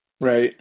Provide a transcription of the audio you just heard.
Right